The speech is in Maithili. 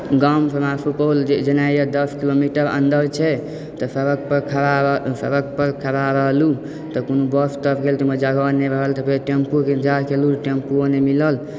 गामसँ हमरा सुपौल जेनयए दश किलोमीटर अन्दर छै तऽ सड़क पर खड़ा रहलूँ तऽ कोनो बस तस गेल तऽ ओहिमे जगह नहि रहल तऽ फेर टेम्पूके इन्तजार केलूँ टेम्पूवो नहि मिलल